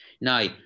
Now